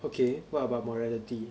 okay what about morality